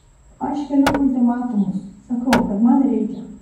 aš keliu ultimatumus sakau kad man reikia